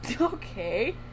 Okay